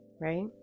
Right